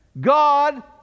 God